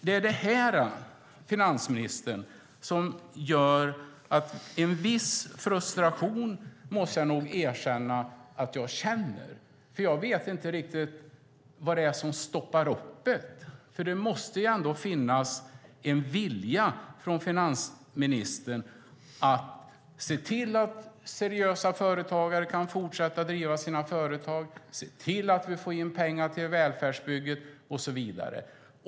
Det är det här, finansministern, som gör att jag måste erkänna att jag känner en viss frustration. Jag vet inte riktigt vad som sätter stopp. Det måste ändå finnas en vilja från finansministern att se till att seriösa företagare kan fortsätta att driva sina företag, se till att vi får in pengar till välfärdsbygget och så vidare.